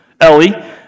Ellie